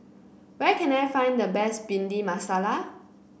where can I find the best Bhindi Masala